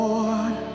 Lord